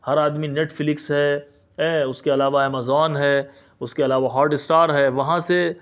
ہر آدمی نیٹفلکس ہے اس کے علاوہ امیزون ہے اس کے علاوہ ہاٹ اسٹار ہے وہاں سے